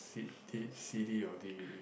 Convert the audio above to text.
C_D C_D or D_V_D